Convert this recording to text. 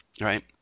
right